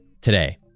today